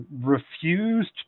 refused